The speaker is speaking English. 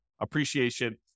appreciation